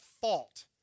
fault